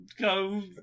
go